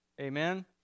Amen